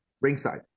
Ringside